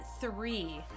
three